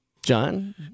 John